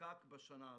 שנחקק בשנה הזו,